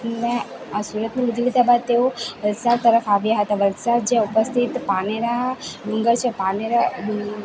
ને આ સુરતને લૂંટી લીધા બાદ તેઓ વલસાડ તરફ આવ્યા હતા વલસાડ જે ઉપસ્થિત પાનેરા ડુંગર છે પાનેરા ડુંગ